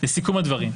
לסיכום הדברים,